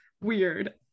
weird